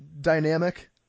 dynamic